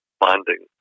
bonding